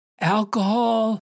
alcohol